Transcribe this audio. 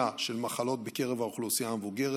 ומניעה של מחלות בקרב האוכלוסייה המבוגרת,